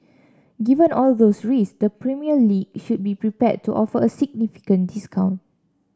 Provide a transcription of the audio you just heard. given all those risks the Premier League should be prepared to offer a significant discount